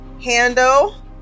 handle